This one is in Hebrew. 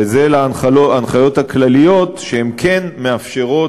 וזה להנחיות הכלליות שכן מאפשרות,